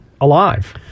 alive